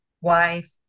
wife